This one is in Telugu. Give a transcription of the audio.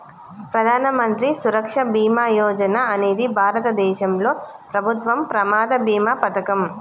ప్రధాన మంత్రి సురక్ష బీమా యోజన అనేది భారతదేశంలో ప్రభుత్వం ప్రమాద బీమా పథకం